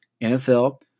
NFL